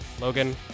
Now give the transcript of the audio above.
Logan